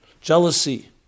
jealousy